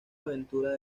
aventura